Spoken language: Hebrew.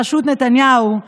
בראשות נתניהו,